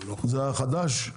זה החדש?